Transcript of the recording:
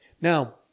Now